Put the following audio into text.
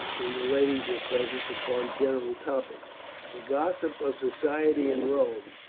when the ladies were present, upon general topics the gossip of society in rome,